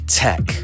tech